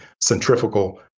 centrifugal